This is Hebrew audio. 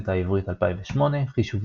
באוניברסיטה העברית 2008 חישוביות,